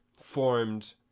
formed